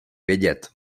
vědět